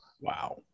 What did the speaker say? wow